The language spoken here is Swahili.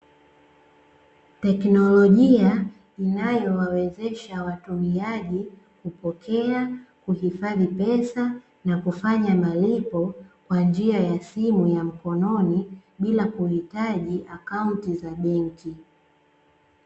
Teknolojia inayowawezesha watumiaji kupokea, kuhifadhi pesa na kufanya malipo kwa njia ya simu ya mkononi, bila kuhitaji akaunti za benki.